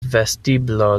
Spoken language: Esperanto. vestiblo